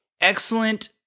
excellent